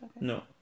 No